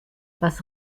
was